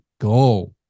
go